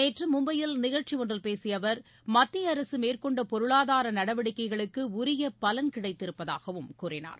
நேற்றழும்பையில் நிகழ்ச்சிஒன்றில் பேசியஅவர் மத்தியஅரசுமேற்கொண்டபொருளாதாரநடவடிக்கைகளுக்குஉரியபலன் கிடைத்திருப்பதாகவும் கூறினார்